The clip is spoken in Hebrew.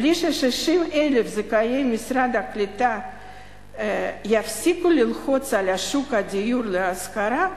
בלי ש-60,000 זכאי משרד הקליטה יפסיקו ללחוץ על שוק הדיור להשכרה,